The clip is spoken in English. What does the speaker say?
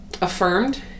affirmed